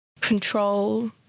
control